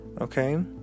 Okay